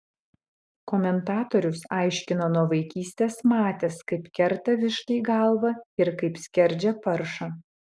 komentatorius aiškino nuo vaikystės matęs kaip kerta vištai galvą ir kaip skerdžia paršą